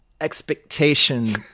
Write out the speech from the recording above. expectation